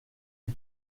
est